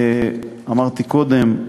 אמרתי קודם,